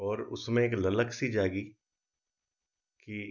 और उसमें एक ललक सी जागी कि